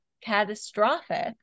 catastrophic